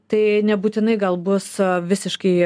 tai nebūtinai gal bus visiškai